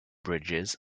bridges